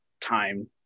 time